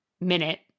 minute